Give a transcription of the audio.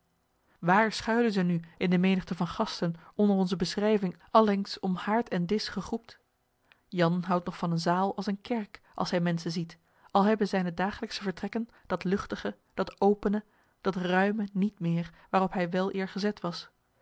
waar schuilen ze nu in de menigte van gasten onder onze beschrijving allengs om haard en disch gegroept jan houdt nog van eene zaal als eene kerk als hij menschen ziet al hebben zijne dagelijksche vertrekken dat luchtige dat opene dat ruime niet meer waarop hij weleer gezet was